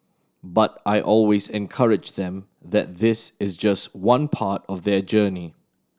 but I always encourage them that this is just one part of their journey